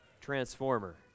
Transformer